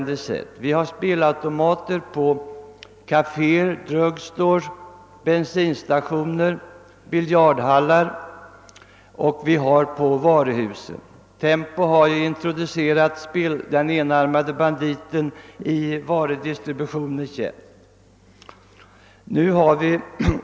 Det finns spelautomater på kaféer, drugstores, bensinstationer, biljardhallar och varuhus. Tempo har introducerat den enarmade banditen i varudistributionens tjänst.